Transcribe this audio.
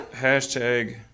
hashtag